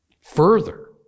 Further